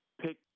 pick